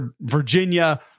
Virginia